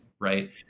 right